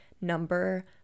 number